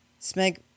smeg